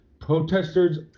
Protesters